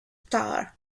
star